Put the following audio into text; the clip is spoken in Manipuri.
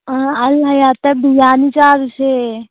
ꯑꯥ ꯑꯜ ꯍꯌꯥꯠꯇ ꯕꯤꯔꯌꯥꯅꯤ ꯆꯥꯔꯨꯁꯦ